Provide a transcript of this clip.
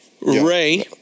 Ray